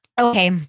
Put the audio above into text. Okay